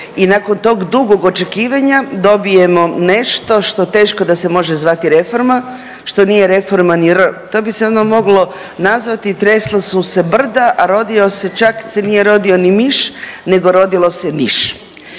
i nakon tog dugog očekivanja dobijemo nešto što teško da se može zvati reforma, što nije reforma ni R, to bi se onda moglo nazvati tresla su se brda, a rodio se, čak se nije rodio ni miš nego rodilo se niš.